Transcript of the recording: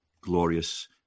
glorious